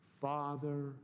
Father